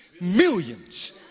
millions